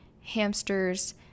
hamsters